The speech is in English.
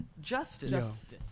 justice